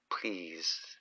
please